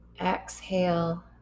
Exhale